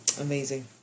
Amazing